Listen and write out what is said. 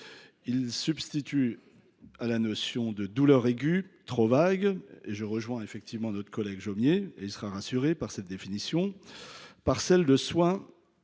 à substituer à la notion de « douleurs aiguës », trop vague – je rejoins sur ce point notre collègue Jomier, qui sera rassuré par cette définition –, celle de « soins